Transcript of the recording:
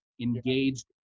engaged